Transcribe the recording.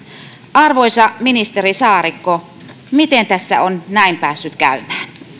arvoisa ministeri saarikko miten tässä on näin päässyt käymään